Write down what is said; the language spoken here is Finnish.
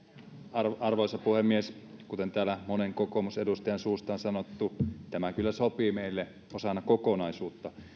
arvoisa puhemies kuten täällä monen kokoomusedustajan suusta on sanottu tämä kyllä sopii meille osana kokonaisuutta